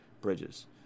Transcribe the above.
Bridges